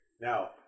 Now